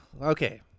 Okay